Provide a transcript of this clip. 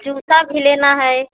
जूता भी लेना है